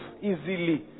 easily